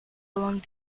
along